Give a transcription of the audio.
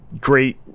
great